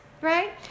right